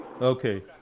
Okay